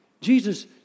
Jesus